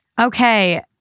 Okay